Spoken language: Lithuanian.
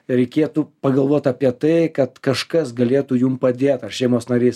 reikėtų pagalvot apie tai kad kažkas galėtų jum padėt ar šeimos narys